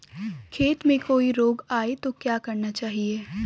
खेत में कोई रोग आये तो क्या करना चाहिए?